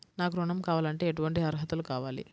నాకు ఋణం కావాలంటే ఏటువంటి అర్హతలు కావాలి?